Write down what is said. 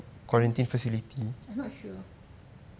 i'm' not su~ I'm not sure